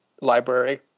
library